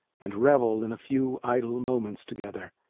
and revel in a few idle moments together.